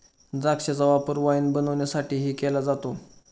द्राक्षांचा वापर वाईन बनवण्यासाठीही केला जातो